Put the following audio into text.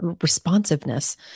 responsiveness